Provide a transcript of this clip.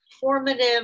formative